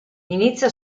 inizia